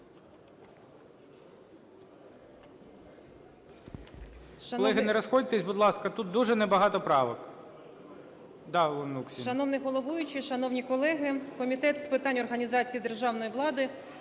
Шановний головуючий! Шановні колеги! Комітет з питань організації державної влади,